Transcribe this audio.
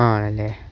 ആണല്ലേ